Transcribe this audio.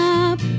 up